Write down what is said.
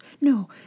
no